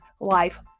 life